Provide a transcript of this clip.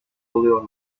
oluyor